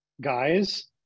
guys